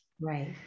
Right